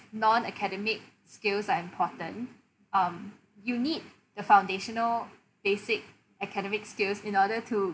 non academic skills are important um you need the foundational basic academic skills in order to